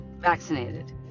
vaccinated